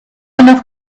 enough